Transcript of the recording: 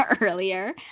earlier